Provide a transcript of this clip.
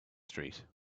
street